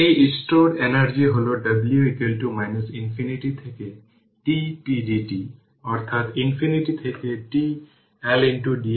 এবং store energy এটি 0 থেকে 05 এর মধ্যে দেওয়া হয় তাই এই 0 থেকে 05 pdt p 6 10 এর সাথে পাওয়ার 4 t পাওয়ার 5 এর সাথে ইন্টিগ্রেট করুন